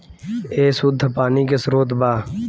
ए शुद्ध पानी के स्रोत बा